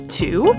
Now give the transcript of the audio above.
two